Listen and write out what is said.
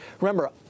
remember